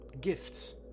gifts